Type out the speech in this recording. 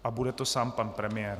A bude to sám pan premiér.